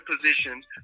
positions